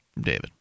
David